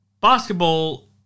basketball